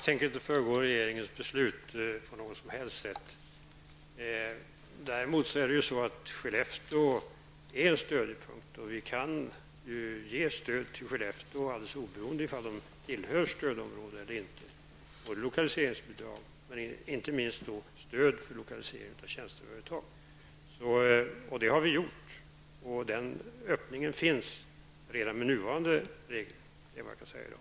Herr talman! Jag tänker inte på något sätt föregå regeringens beslut. Skellefteå är en stödjepunkt. Vi kan ge stöd till Skellefteå oberoende av om Skellefteå tillhör stödområdet eller inte. Skellefteå får lokaliseringsbidrag, inte minst stöd för lokalisering av tjänsteföretag. Den öppningen finns redan med nuvarande regler. Det är vad jag kan säga i dag.